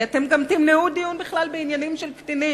כי אתם גם תמנעו דיון כליל בעניינים של קטינים,